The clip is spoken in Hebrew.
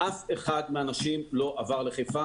אף אחד מהאנשים לא עבר לחיפה.